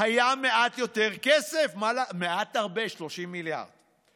היה מעט יותר כסף, מעט הרבה, 30 מיליארד,